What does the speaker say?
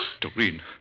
Doreen